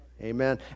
Amen